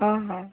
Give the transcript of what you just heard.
ହଁ ହଁ